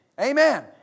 Amen